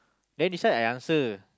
then decide I answer